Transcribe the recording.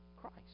Christ